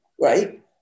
right